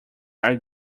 are